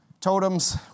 totems